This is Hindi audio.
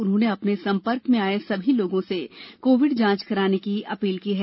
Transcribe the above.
उन्होंने अपने संपर्क में आये सभी लोगों से कोविड जांच कराने की अपील की है